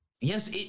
Yes